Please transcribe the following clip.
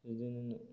बिदिनो